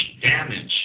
damage